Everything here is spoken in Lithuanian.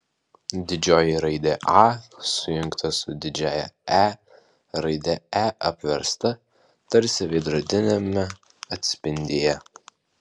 didžioji raidė a sujungta su didžiąja e raidė e apversta tarsi veidrodiniame atspindyje